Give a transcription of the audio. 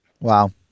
Wow